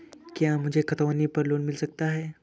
क्या मुझे खतौनी पर लोन मिल सकता है?